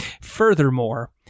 Furthermore